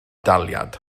daliad